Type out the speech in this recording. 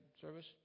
service